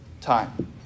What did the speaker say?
time